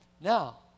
Now